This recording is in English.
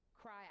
cry